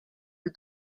bir